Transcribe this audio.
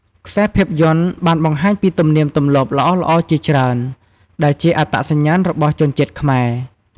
ខ្សែភាពយន្តបានបង្ហាញពីទំនៀមទម្លាប់ល្អៗជាច្រើន ដែលជាអត្តសញ្ញាណរបស់ជនជាតិខ្មែរ ។